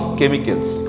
chemicals